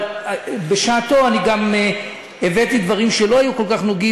אבל בשעתי אני הבאתי גם דברים שלא היו כל כך נוגעים,